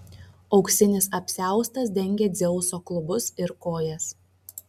auksinis apsiaustas dengė dzeuso klubus ir kojas